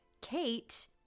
Kate